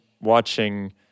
watching